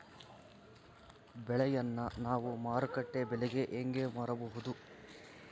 ಬೆಳೆಯನ್ನ ನಾವು ಮಾರುಕಟ್ಟೆ ಬೆಲೆಗೆ ಹೆಂಗೆ ಮಾರಬಹುದು?